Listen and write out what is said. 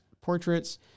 portraits